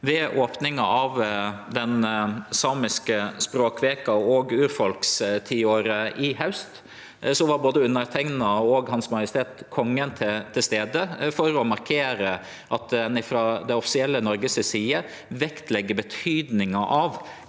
Ved opninga av den samiske språkveka og urfolkstiåret i haust var både underteikna og Hans Majestet Kongen til stades for å markere at ein frå det offisielle Noreg si side vektlegg betydninga av